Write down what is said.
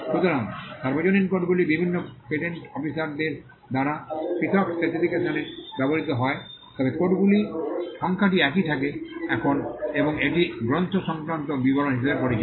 সুতরাং সার্বজনীন কোডগুলি বিভিন্ন পেটেন্ট অফিসারদের দ্বারা পৃথক স্পেসিফিকেশনে ব্যবহৃত হয় তবে কোডগুলি সংখ্যাটি একই থাকে এখন এবং এটিই গ্রন্থ সংক্রান্ত বিবরণ হিসাবে পরিচিত